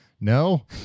No